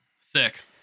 sick